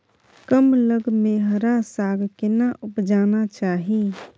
कम लग में हरा साग केना उपजाना चाही?